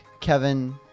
Kevin